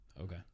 Okay